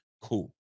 Cool